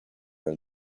are